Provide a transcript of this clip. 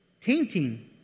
tainting